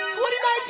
2019